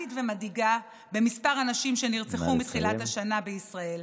דרמטית ומדאיגה במספר הנשים שנרצחו מתחילת השנה בישראל,